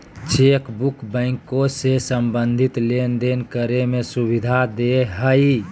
chequebook बैंको से संबंधित लेनदेन करे में सुविधा देय हइ